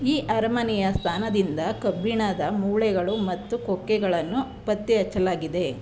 ಈ ಅರಮನೆಯ ಸ್ಥಾನದಿಂದ ಕಬ್ಬಿಣದ ಮೊಳೆಗಳು ಮತ್ತು ಕೊಕ್ಕೆಗಳನ್ನು ಪತ್ತೆ ಹಚ್ಚಲಾಗಿದೆ